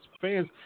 fans